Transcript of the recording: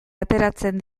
ateratzen